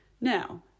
Now